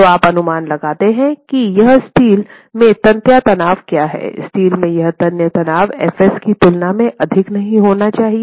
तो आप अनुमान लगाते हैं कि यहाँ स्टील में तन्यता तनाव क्या है स्टील में यह तन्य तनाव Fs की तुलना में अधिक नहीं होना चाहिए